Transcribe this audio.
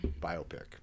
Biopic